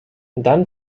dann